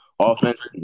offense